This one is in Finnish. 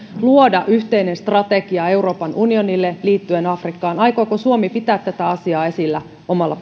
luoda yhteinen strategia euroopan unionille liittyen afrikkaan aikooko suomi pitää tätä asiaa esillä omalla